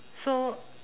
so